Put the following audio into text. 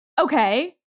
Okay